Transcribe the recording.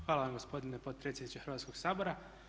Hvala vam gospodine potpredsjedniče Hrvatskog sabora.